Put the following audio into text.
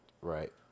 right